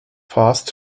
passed